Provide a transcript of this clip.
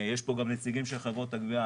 יש פה גם נציגים של חברות הגבייה.